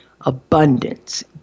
abundance